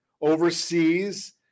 overseas